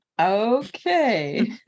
okay